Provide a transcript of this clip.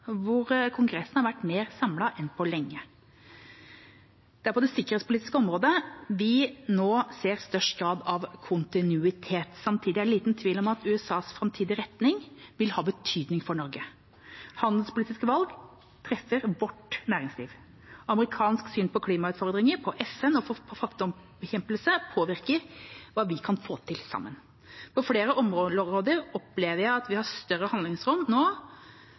hvor Kongressen har vært mer samlet enn på lenge. Det er på det sikkerhetspolitiske området vi nå ser størst grad av kontinuitet. Samtidig er det liten tvil om at USAs framtidige retning vil ha betydning for Norge. Handelspolitiske valg treffer vårt næringsliv. Amerikansk syn på klimautfordringer, på FN og på fattigdomsbekjempelse påvirker hva vi kan få til sammen. På flere områder opplever jeg at vi har større handlingsrom nå